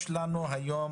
יש לנו היום